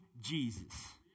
Jesus